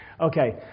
Okay